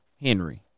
Henry